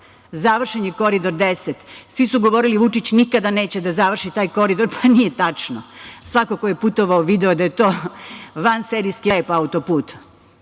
Završen je Koridor 10. Svi su govorili – Vučić nikada neće da završi taj koridor. Nije tačno. Svako ko je putovao video je da je to vanserijski lep auto-put.